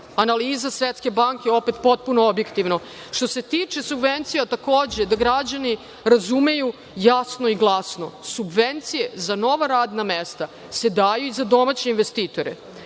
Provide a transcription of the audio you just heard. analiza Svetske banke, opet potpuno objektivno. Što se tiče subvencija, takođe da građani razumeju jasno i glasno, subvencije za nova radna mesta se daju i za domaće investitore.